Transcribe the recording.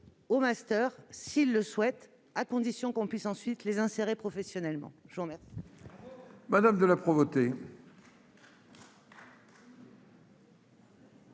un master, s'ils le souhaitent, à condition qu'on puisse ensuite les insérer professionnellement. Bravo ! La parole